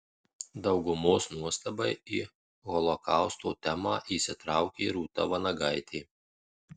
daugumos nuostabai į holokausto temą įsitraukė rūta vanagaitė